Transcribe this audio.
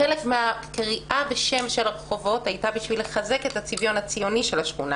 חלק מקריאת שם הרחובות היה כדי לחזק את הצביון הציוני של השכונה